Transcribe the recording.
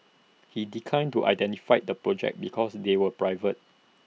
he declined to identify the projects because they were private